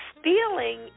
stealing